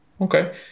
Okay